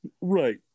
Right